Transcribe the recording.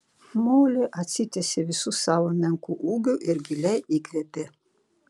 molė atsitiesė visu savo menku ūgiu ir giliai įkvėpė